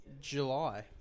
July